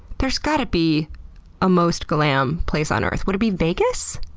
there's gotta be a most glam place on earth. would it be vegas?